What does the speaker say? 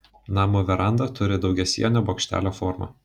namo veranda turi daugiasienio bokštelio formą